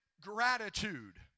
gratitude